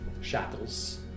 Shackles